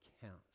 counts